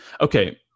Okay